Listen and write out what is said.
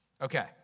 Okay